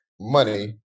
money